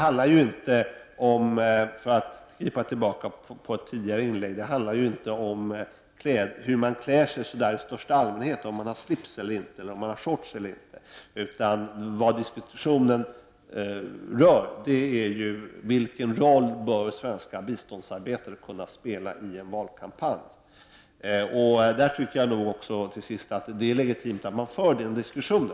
För att anknyta till ett tidigare inlägg vill jag säga att det ju inte handlar om hur man klär sig i största allmänhet — om man har slips eller shorts eller inte. Diskussionen handlar ju om vilken roll svenska biståndsarbetare bör kunna spela i en valkampanj. Jag tycker att det är legitimt att man för denna diskussion.